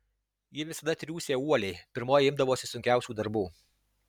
ji visada triūsė uoliai pirmoji imdavosi sunkiausių darbų